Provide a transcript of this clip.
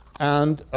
and